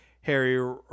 Harry